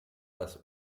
las